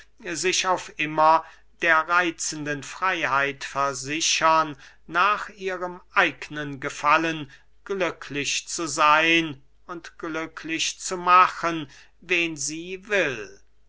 sich auf immer der reitzenden freyheit versichern nach ihrem eignen gefallen glücklich zu seyn und glücklich zu machen wen sie will